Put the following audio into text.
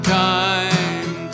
time